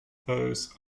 those